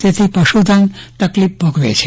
તેથી પશુ ધન તકલીફ ભોગવે છે